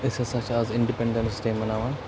أسۍ ہَسا چھِ آز اِنڈِپٮ۪نٛڈٮ۪نٕس ڈے مَناوان